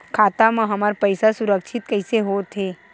खाता मा हमर पईसा सुरक्षित कइसे हो थे?